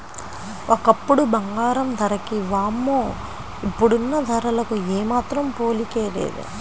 ఒకప్పుడు బంగారం ధరకి వామ్మో ఇప్పుడున్న ధరలకు ఏమాత్రం పోలికే లేదు